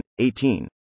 18